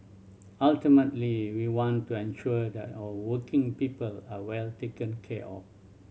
ultimately we want to ensure that our working people are well taken care of